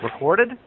recorded